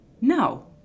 No